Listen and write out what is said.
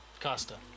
Costa